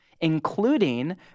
including